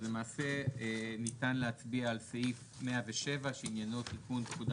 אז למעשה ניתן להצביע על סעיף 107 שעניינו "תיקון פקודה